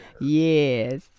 yes